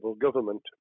government